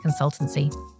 Consultancy